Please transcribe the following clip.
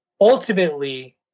Ultimately